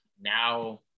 now